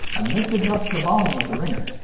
and this adjusts the volume of the ringer.